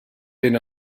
been